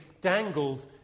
dangled